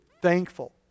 thankful